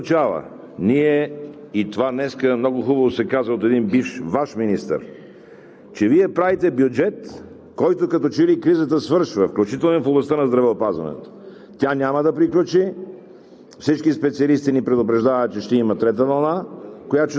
в различни области на дейността, което означава – и това днес много хубаво се каза от един бивш Ваш министър, че Вие правите бюджет, за който като че ли кризата свършва, включително и в областта на здравеопазването. Тя няма да приключи.